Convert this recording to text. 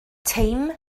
teim